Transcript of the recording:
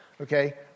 okay